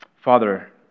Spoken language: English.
Father